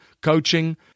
coaching